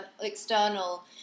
external